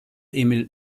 emil